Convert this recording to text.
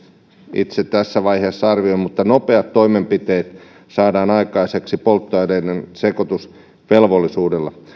itse tässä vaiheessa arvioin mutta nopeat toimenpiteet saadaan aikaiseksi polttoaineiden sekoitusvelvollisuudella